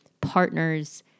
partners